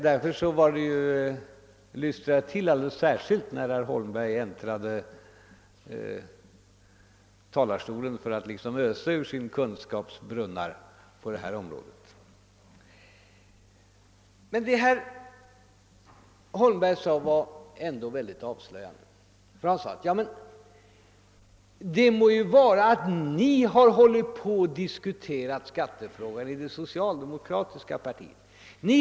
Därför lystrade jag alldeles särskilt när herr Holmberg steg upp i denna talarstol för att ösa ur sin kunskaps brunnar på detta område. Men vad herr Holmberg sade var verkligen avslöjande. Han sade följande: Ni har hållit på och diskuterat skattefrågorna i det socialdemokratiska partiet.